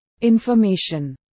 information